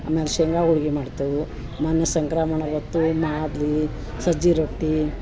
ಆಮೇಲೆ ಶೇಂಗ ಹೋಳಿಗೆ ಮಾಡ್ತೇವು ಮೊನ್ನೆ ಸಂಕ್ರಮಣ ಹೊತ್ತು ಮಾದ್ಲೀ ಸಜ್ಜಿ ರೊಟ್ಟಿ